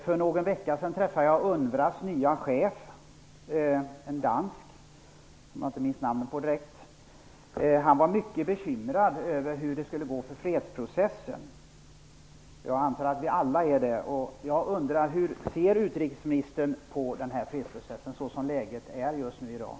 För någon vecka sedan träffade jag UNRWA:s nye chef, en dansk som jag inte minns namnet på. Han var mycket bekymrad över hur det skulle gå för fredsprocessen, och det antar jag att vi alla är. Hur ser utrikesministern på den här fredsprocessen såsom läget är just nu?